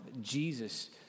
Jesus